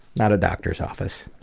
not a doctor's office.